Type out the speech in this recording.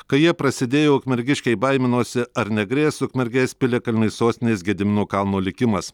kai jie prasidėjo ukmergiškiai baiminosi ar negrės ukmergės piliakalniui sostinės gedimino kalno likimas